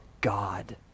God